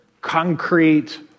concrete